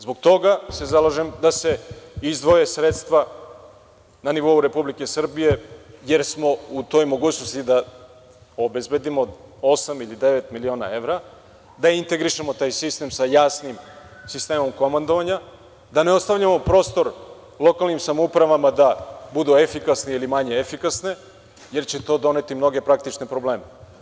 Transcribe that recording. Zbog toga se zalaže da se izdvoje sredstva na nivou Republike Srbije, jer smo u mogućnosti da obezbedimo osamili devet miliona evra, da integrišemo taj sistem sa jasnim sistemom komandovanja, da ne ostavljamo prostor lokalnim samoupravama da budu efikasne ili manje efikasne, jer će to doneti mnoge praktične probleme.